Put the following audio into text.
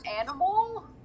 animal